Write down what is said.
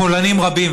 פולנים רבים,